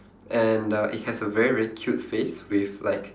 and uh it has a very very cute face with like